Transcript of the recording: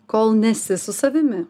kol nesi su savimi